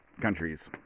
countries